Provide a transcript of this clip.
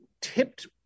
tipped